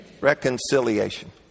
reconciliation